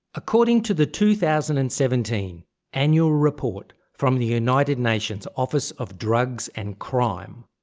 according to the two thousand and seventeen annual report from the united nations office of drugs and crime,